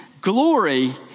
glory